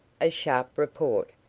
a sharp report,